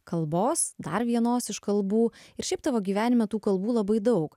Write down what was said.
kalbos dar vienos iš kalbų ir šiaip tavo gyvenime tų kalbų labai daug